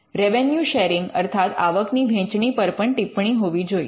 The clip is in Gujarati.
રેવન્યૂ શૅરિંગ અર્થાત આવકની વહેંચણી પર પણ ટિપ્પણી હોવી જોઈએ